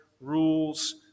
rules